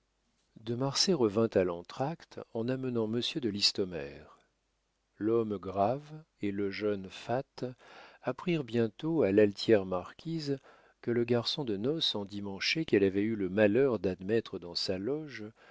de marsay revint à l'entr'acte en amenant monsieur de listomère l'homme grave et le jeune fat apprirent bientôt à l'altière marquise que le garçon de noces endimanché qu'elle avait eu le malheur d'admettre dans sa loge